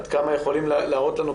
עד כמה הם יכולים להראות לנו,